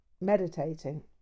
meditating